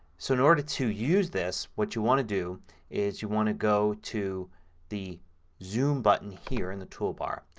so in order to use this what you want to do is you want to go to the zoom button here in the toolbar.